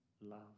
love